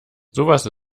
sowas